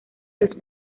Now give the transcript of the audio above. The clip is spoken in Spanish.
los